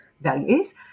values